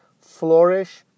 flourish